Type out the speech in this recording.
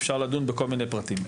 אפשר לדון בכל מיני פרטים.